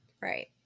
right